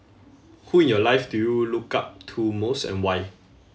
who in your life do you look up to most and why